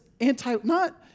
anti-not